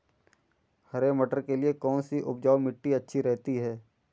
हरे मटर के लिए कौन सी उपजाऊ मिट्टी अच्छी रहती है?